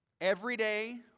everyday